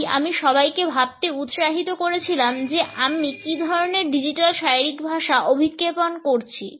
তাই আমি সবাইকে ভাবতে উৎসাহিত করেছিলাম যে আমি কী ধরনের ডিজিটাল শারীরিক ভাষা অভিক্ষেপণ করছি